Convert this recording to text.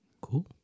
cool